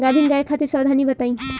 गाभिन गाय खातिर सावधानी बताई?